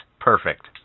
Perfect